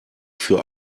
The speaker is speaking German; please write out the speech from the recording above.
für